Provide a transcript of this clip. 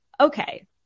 okay